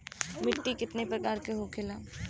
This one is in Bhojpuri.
मिट्टी कितना प्रकार के होखेला?